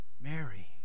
Mary